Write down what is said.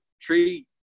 tree